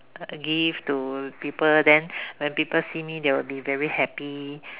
gift to people then when people see me they'll be very happy